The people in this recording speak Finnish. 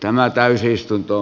tämä täysistunto